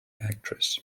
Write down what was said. actress